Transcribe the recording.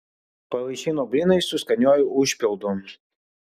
pavaišino blynais su skaniuoju užpildu